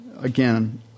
again